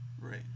Right